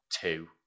two